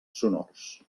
sonors